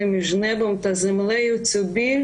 בין ארץ ושמיים/ את זה הכאב של שתי המולדות."